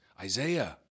Isaiah